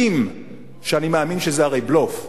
אם, אני מאמין שזה בלוף.